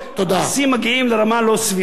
המסים מגיעים לרמה לא סבירה, אנשים לא ישלמו אותם.